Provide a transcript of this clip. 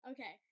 Okay